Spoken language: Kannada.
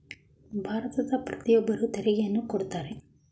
ಭಾರತದ ಪ್ರತಿಯೊಬ್ಬರು ತೆರಿಗೆಯನ್ನು ಕೊಡುತ್ತಾರೆ